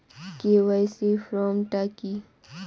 KYC form টা কি?